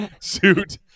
suit